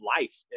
life